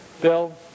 Bill